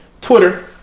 Twitter